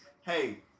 Hey